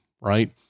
right